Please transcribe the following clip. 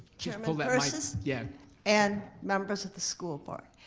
chairman persis yeah and members of the school board.